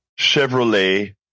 Chevrolet